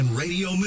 radio